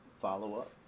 follow-up